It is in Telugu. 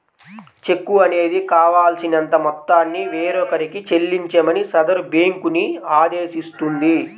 చెక్కు అనేది కావాల్సినంత మొత్తాన్ని వేరొకరికి చెల్లించమని సదరు బ్యేంకుని ఆదేశిస్తుంది